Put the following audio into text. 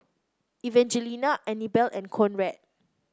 Evangelina Anibal and Conrad